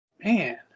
man